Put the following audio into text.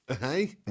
hey